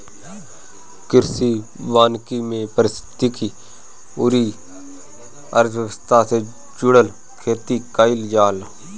कृषि वानिकी में पारिस्थितिकी अउरी अर्थव्यवस्था से जुड़ल खेती कईल जाला